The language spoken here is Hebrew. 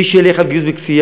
מי שילך על גיוס בכפייה,